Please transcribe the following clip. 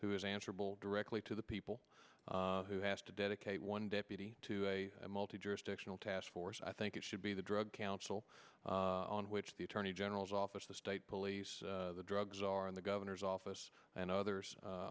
who is answerable directly to the people who has to dedicate one deputy to a multi jurisdictional task force i think it should be the drug counsel on which the attorney general's office the state police the drugs are in the governor's office and others